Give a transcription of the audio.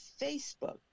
Facebook